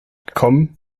gekommen